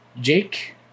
Jake